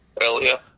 earlier